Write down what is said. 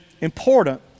important